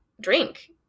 drink